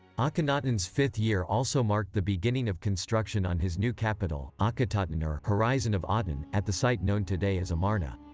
akhenaten's fifth year also marked the beginning of construction on his new capital, akhetaten or horizon of aten, at the site known today as amarna.